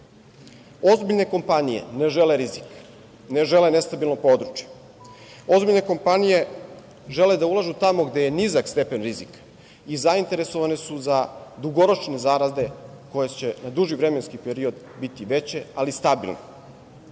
okvir. Ozbiljne kompanije ne žele rizik, ne žele nestabilno područje. Ozbiljne kompanije žele da ulažu tamo gde je nizak stepen rizika i zainteresovane su za dugoročne zarade koje će na duži vremenski period biti veće, ali stabilne.